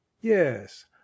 yes